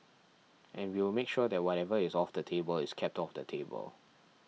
and we will make sure that whatever is off the table is kept off the table